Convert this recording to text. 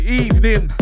evening